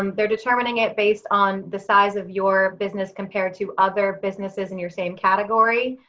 um they're determining it based on the size of your business compared to other businesses in your same category.